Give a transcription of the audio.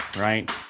right